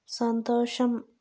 సంతోషం